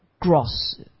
gross